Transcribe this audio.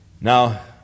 Now